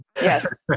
yes